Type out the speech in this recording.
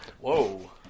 Whoa